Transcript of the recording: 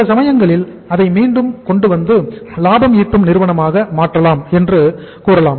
சில சமயங்களில் அதை மீண்டும் கொண்டுவந்து லாபம் ஈட்டும் நிறுவனமாக மாற்றலாம் என்று கூறலாம்